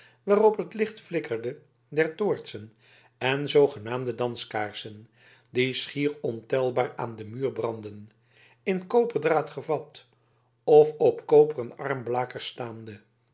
waarop het licht flikkerde der toortsen en zoogenaamde danskaarsen die schier ontelbaar aan den muur brandden in koperdraad gevat of op koperen armblakers staande